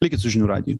likit su žinių radiju